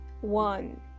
one